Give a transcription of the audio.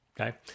okay